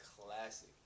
classic